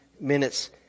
minutes